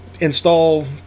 Install